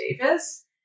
Davis